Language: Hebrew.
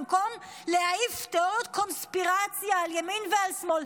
במקום להעיף תיאוריות קונספירציה על ימין ועל שמאל,